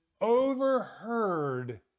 overheard